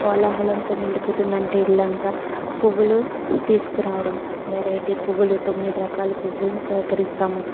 కోలాహలంతో నిండిపోతుందంటే ఇల్లంతా పువ్వులు తీసుకురావడం వెరైటీ పువ్వులు తొమ్మిది రకాల పువ్వులిని సేకరిస్తాము